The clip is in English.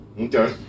Okay